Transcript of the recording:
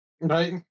Right